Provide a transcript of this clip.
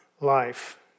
life